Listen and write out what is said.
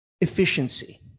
Efficiency